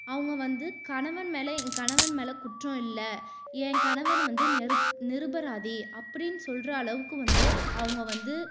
அவங்க வந்து கணவன் மேல் கணவன் மேல் குற்றமில்லை என் கணவர் வந்து நெரு நிரபராதி அப்படினு சொல்கிற அளவுக்கு வந்து அவங்க வந்து